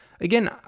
Again